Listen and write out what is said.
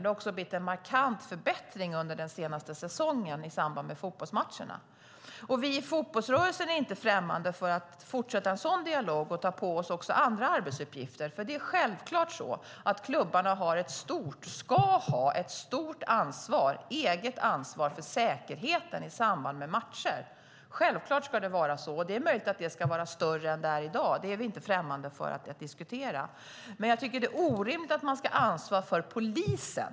Det har också blivit en markant förbättring under den senaste säsongen i samband med fotbollsmatcherna. Vi i fotbollsrörelsen är inte främmande för att fortsätta en sådan dialog och ta på oss andra arbetsuppgifter. Klubbarna ska självfallet ha ett stort eget ansvar för säkerheten i samband med matcher. Det är möjligt att det ska vara större än det är i dag. Det är vi inte främmande för att diskutera. Men jag tycker att det är orimligt att de ska ansvar för polisen.